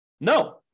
No